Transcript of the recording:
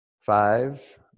Five